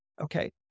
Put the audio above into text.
Okay